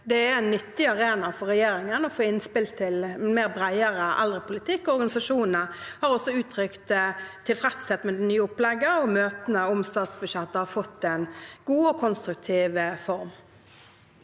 Dette er en nyttig arena for regjeringen med tanke på å få innspill til en bredere eldrepolitikk. Organisasjonene har også uttrykt tilfredshet med det nye opplegget, og møtene om statsbudsjettet har fått en god og konstruktiv form.